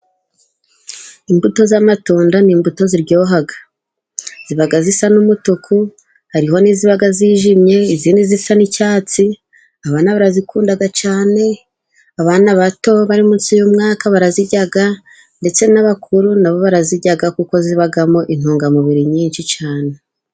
Imbuto z'amatunda ni imbuto ziryoha, ziba zisa n'umutuku hariho n'iziba zijimye, izindi zisa n'icyatsi abana barazikunda cyane, abana bato bari munsi y'umwaka barazirya ndetse n'abakuru nabo barazirya, kuko zibamo intungamubiri nyinshi cyane.